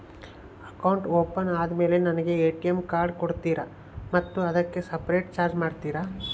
Account open ಆದಮೇಲೆ ನನಗೆ ATM card ಕೊಡ್ತೇರಾ ಮತ್ತು ಅದಕ್ಕೆ ಸಪರೇಟ್ ಚಾರ್ಜ್ ಮಾಡ್ತೇರಾ?